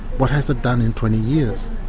what has it done in twenty years?